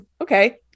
Okay